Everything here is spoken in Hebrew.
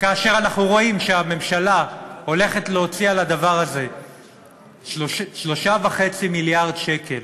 כאשר אנחנו רואים שהממשלה הולכת להוציא על הדבר הזה 3.5 מיליארד שקלים